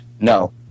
No